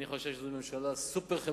אני חושב שזאת ממשלה סופר-חברתית,